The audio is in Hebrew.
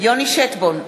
יוני שטבון,